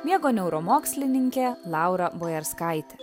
miego neuromokslininkė laura bojarskaitė